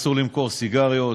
אסור למכור סיגריות,